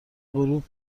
غروب